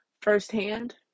firsthand